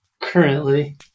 currently